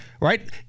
Right